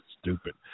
Stupid